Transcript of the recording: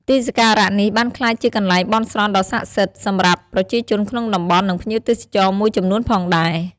ទីសក្ការៈនេះបានក្លាយជាកន្លែងបន់ស្រន់ដ៏ស័ក្តិសិទ្ធិសម្រាប់ប្រជាជនក្នុងតំបន់ និងភ្ញៀវទេសចរមួយចំនួនផងដែរ។